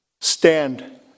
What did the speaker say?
stand